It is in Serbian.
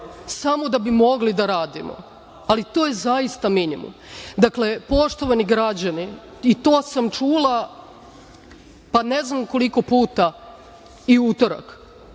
samo da bi mogli da radimo, ali to je zaista minimum. Dakle, poštovani građani, i to sam čula pa ne znam koliko puta i u utorak,